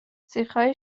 سیخهای